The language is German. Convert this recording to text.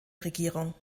regierung